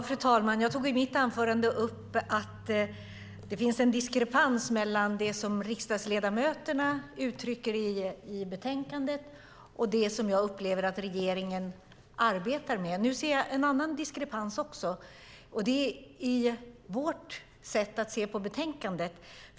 Fru talman! Jag tog i mitt anförande upp att det finns en diskrepans mellan det som riksdagsledamöterna uttrycker i betänkandet och det som jag upplever att regeringen arbetar med. Nu ser jag en annan diskrepans också. Det är vårt sätt att se på betänkandet.